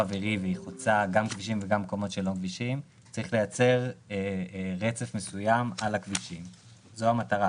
לטבעת ועיבוי משמעותי של צל שיאפשר לאנשים שחיים בסמיכות למקום,